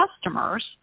customers